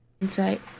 insight